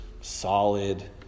solid